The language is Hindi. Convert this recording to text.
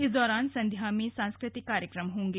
इस दौरान संध्या में सांस्कृतिक कार्यक्रम होंगे